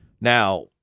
Now